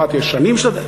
שנים של דמוקרטיה?